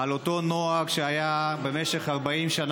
אושרה בקריאה טרומית ותועבר להכנה לקריאה ראשונה